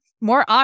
more